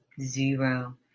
zero